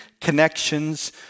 connections